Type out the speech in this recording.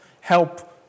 help